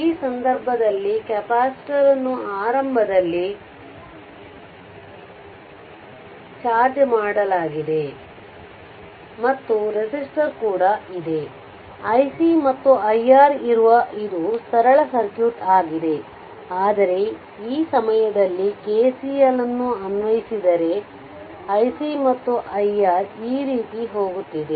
ಈ ಸಂದರ್ಭದಲ್ಲಿ ಕೆಪಾಸಿಟರ್ ಅನ್ನು ಆರಂಭದಲ್ಲಿ ಚಾರ್ಜ್ ಮಾಡಲಾಗಿದೆ ಮತ್ತು ರೆಸಿಸ್ಟರ್ ಕೂಡ ಇದೆ iC ಮತ್ತು iR ಇರುವ ಇದು ಸರಳ ಸರ್ಕ್ಯೂಟ್ ಆಗಿದೆ ಆದರೆ ಈ ಸಮಯದಲ್ಲಿ KCL ಅನ್ನು ಅನ್ವಯಿಸಿದರೆ iC ಮತ್ತು iR ಈ ರೀತಿ ಹೋಗುತ್ತಿದೆ